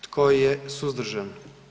Tko je suzdržan?